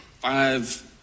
Five